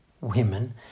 women